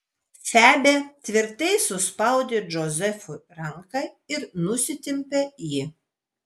febė tvirtai suspaudė džozefui ranką ir nusitempė jį